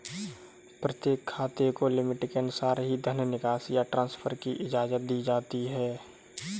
प्रत्येक खाते को लिमिट के अनुसार ही धन निकासी या ट्रांसफर की इजाजत दी जाती है